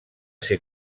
ser